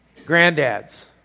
Granddads